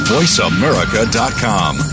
VoiceAmerica.com